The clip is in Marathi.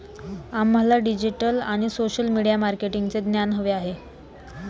आम्हाला डिजिटल आणि सोशल मीडिया मार्केटिंगचे ज्ञान हवे आहे